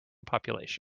population